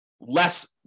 less